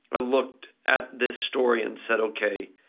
i looked at this story and said, okay,